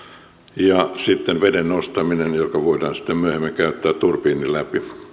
ja sitten veden ostaminen se voidaan sitten myöhemmin käyttää turbiinin läpi